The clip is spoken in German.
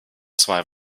zwei